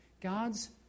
God's